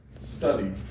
study